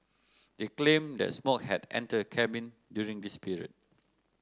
they claimed that smoke had entered the cabin during this period